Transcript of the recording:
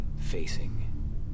facing